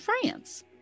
France